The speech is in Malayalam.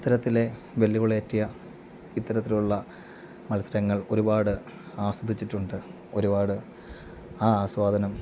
ഇത്തരത്തിലെ വെല്ലുവിളിയേറ്റിയ ഇത്തരത്തിലുള്ള മത്സരങ്ങൾ ഒരുപാട് ആസ്വദിച്ചിട്ടുണ്ട് ഒരുപാട് ആ ആസ്വാദനം